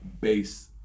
base